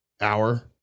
Hour